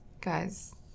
guys